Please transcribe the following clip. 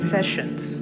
Sessions